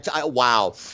Wow